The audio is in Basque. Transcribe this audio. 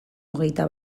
hogeita